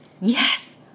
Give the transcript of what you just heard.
Yes